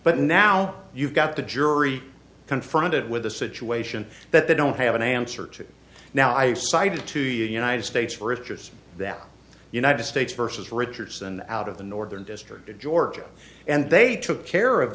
but now you've got the jury confronted with a situation that they don't have an answer to now i cited two united states riches that united states versus richardson out of the northern district of georgia and they took care of